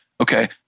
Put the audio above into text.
okay